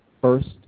First